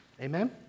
Amen